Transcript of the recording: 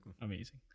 Amazing